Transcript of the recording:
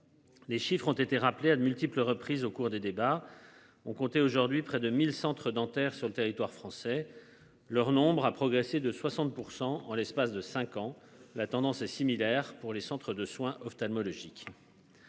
Les chiffres ont été rappelés à de multiples reprises au cours des débats ont compté aujourd'hui près de 1000 centres dentaires sur le territoire français. Leur nombre a progressé de 60% en l'espace de 5 ans, la tendance est similaire pour les centres de soins ophtalmologiques.